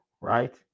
right